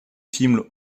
films